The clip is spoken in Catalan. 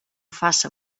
faça